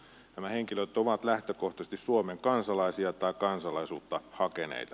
nämä henkilöt ovat lähtökohtaisesti suomen kansalaisia tai kansalaisuutta hakeneita